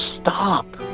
stop